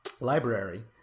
library